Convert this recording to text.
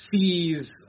sees